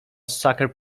sucker